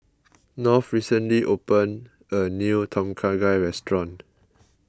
North recently opened a new Tom Kha Gai restaurant